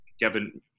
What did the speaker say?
Kevin